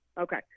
Okay